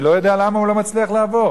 אני לא יודע למה הוא לא מצליח לעבור.